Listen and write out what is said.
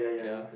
ya